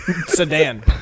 sedan